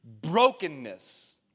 Brokenness